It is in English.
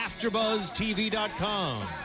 AfterBuzzTV.com